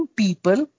people